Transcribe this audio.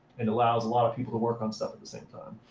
it allows a lot of people to work on stuff at the same time.